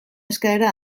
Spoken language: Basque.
eskaera